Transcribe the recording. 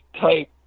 type